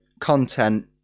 content